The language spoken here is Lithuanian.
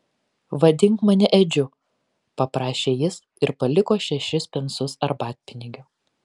vadink mane edžiu paprašė jis ir paliko šešis pensus arbatpinigių